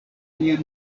nia